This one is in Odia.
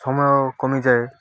ସମୟ କମିଯାଏ